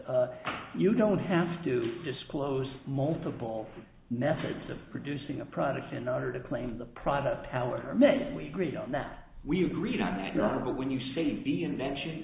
case you don't have to disclose multiple methods of producing a product in order to claim the product power then we agreed on that we agreed on that novel when you say the invention